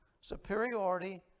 Superiority